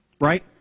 right